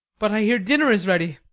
but i hear dinner is ready.